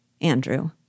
Andrew